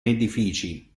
edifici